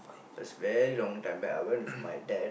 it's very long time back I went with my dad